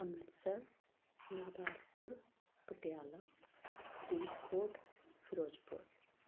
Amritsar Gurdaspur Patiala Faridkot Firozpur